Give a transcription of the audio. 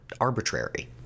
arbitrary